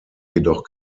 jedoch